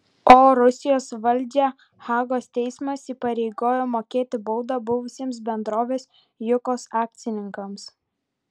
o rusijos valdžią hagos teismas įpareigojo mokėti baudą buvusiems bendrovės jukos akcininkams